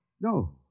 No